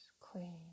clean